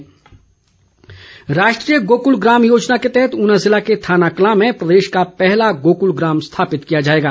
वीरेंद्र कंवर राष्ट्रीय गोकुल ग्राम योजना के तहत ऊना ज़िला के थानाकलां में प्रदेश का पहला गोकुल ग्राम स्थापित किया जाएगा